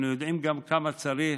אנחנו יודעים גם כמה צריך,